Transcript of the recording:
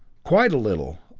quite a little!